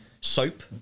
soap